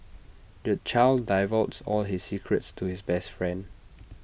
the child divulged all his secrets to his best friend